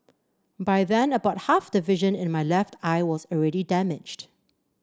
by then about half the vision in my left eye was already damaged